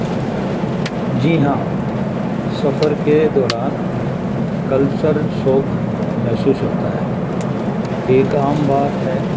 جی ہاں سفر کے دوران کلچر فرق محسوس ہوتا ہے ایک عام بات ہے